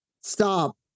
stop